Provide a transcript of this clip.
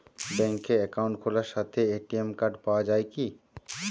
ব্যাঙ্কে অ্যাকাউন্ট খোলার সাথেই এ.টি.এম কার্ড পাওয়া যায় কি?